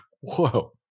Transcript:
whoa